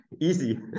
Easy